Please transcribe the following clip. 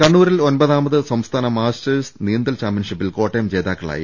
കണ്ണൂരിൽ ഒൻപതാമത് സംസ്ഥാന് മാസ്റ്റേഴ്സ് നീന്തൽ ചാമ്പ്യൻഷിപ്പിൽ കോട്ടയം ജേതാക്കളായി